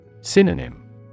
Synonym